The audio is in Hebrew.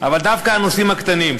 אבל דווקא הנושאים הקטנים,